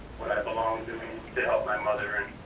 where i belong, doing to help my mother in